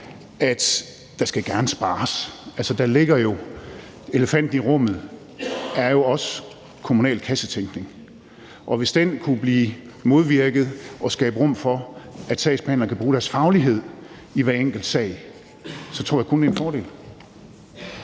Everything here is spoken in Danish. at der gerne skal spares. Elefanten i rummet er jo også kommunal kassetænkning, og hvis den kunne blive modvirket og der kunne skabes rum for, at sagsbehandlerne kan bruge deres faglighed i hver enkelt sag, så tror jeg kun, det er en fordel.